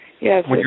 Yes